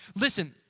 Listen